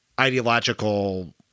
ideological